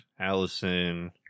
allison